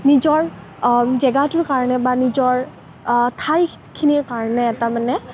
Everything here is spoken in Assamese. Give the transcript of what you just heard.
নিজৰ জেগাটোৰ কাৰণে বা নিজৰ ঠাইখিনিৰ কাৰণে এটা মানে